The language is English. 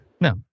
no